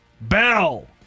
bell